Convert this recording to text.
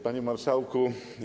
Panie Marszałku!